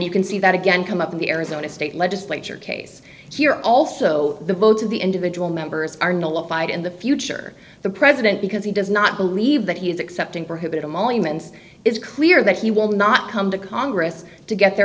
you can see that again come up in the arizona state legislature case here also the votes of the individual members are not applied in the future the president because he does not believe that he is accepting prohibit emoluments it's clear that he will not come to congress to get their